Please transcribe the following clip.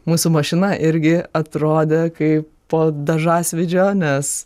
mūsų mašina irgi atrodė kaip po dažasvydžio nes